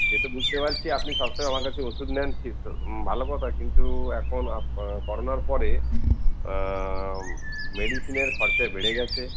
সে তো বুঝতে পারছি আপনি সস্তায় আমার কাছে ওষুধ নেন ভালো কথা কিন্তু এখন করোনার পরে মেডিসিনের খরচা বেড়ে গেছে